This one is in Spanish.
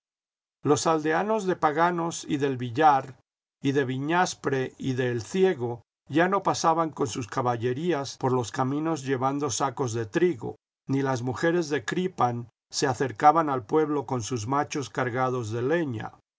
los aldeanos de paganos y del villar y de viñaspre y de el ciego ya no pasaban con sus caballerías por los caminos llevando sacos de trigo ni las mujeres de cripan se acercaban al pueblo con sus machos cargados de leña